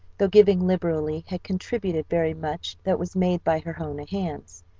though giving liberally, had contributed very much that was made by her own hands,